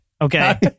Okay